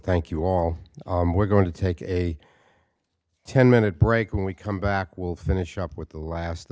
thank you all we're going to take a ten minute break when we come back we'll finish up with the last